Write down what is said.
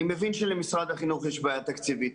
אני מבין שלמשרד החינוך יש בעיה תקציבית,